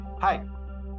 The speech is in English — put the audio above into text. Hi